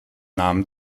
namen